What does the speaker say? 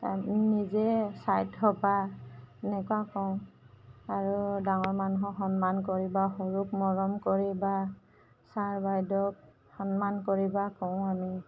নিজেই চাই থবা এনেকুৱা কওঁ আৰু ডাঙৰ মানুহক সন্মান কৰিবা সৰুক মৰম কৰিবা ছাৰ বাইদেউক সন্মান কৰিবা কওঁ আমি